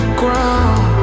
ground